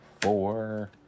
four